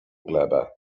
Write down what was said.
glebę